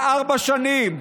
לארבע שנים,